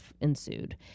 ensued